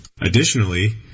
Additionally